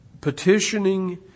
petitioning